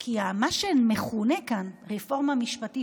כי מה שמכונה כאן רפורמה משפטית,